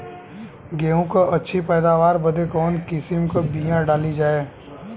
गेहूँ क अच्छी पैदावार बदे कवन किसीम क बिया डाली जाये?